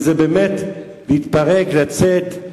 כי זה באמת להתפרק, לצאת.